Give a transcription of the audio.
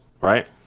right